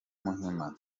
muhima